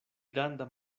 granda